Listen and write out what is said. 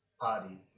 party